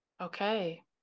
Okay